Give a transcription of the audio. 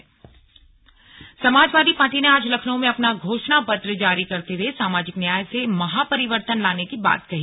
slug SP घोषणापत्र Samajwadi party ने आज लखनऊ में अपना घोषणा पत्र जारी करते हुए सामाजिक न्याय से महापरिर्वतन लाने की बात कही